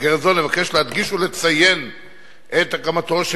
במסגרת זו נבקש להדגיש ולציין את הקמתו של